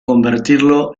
convertirlo